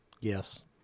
Yes